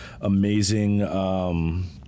amazing